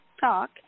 talk